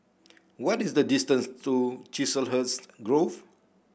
what is the distance to Chiselhurst Grove